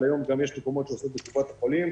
אבל היום גם יש מקומות שעושים בקופות החולים.